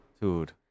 Dude